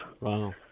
Wow